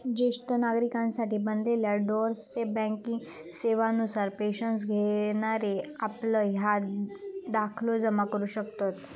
ज्येष्ठ नागरिकांसाठी बनलेल्या डोअर स्टेप बँकिंग सेवा नुसार पेन्शन घेणारे आपलं हयात दाखलो जमा करू शकतत